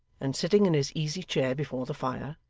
and sitting in his easy-chair before the fire,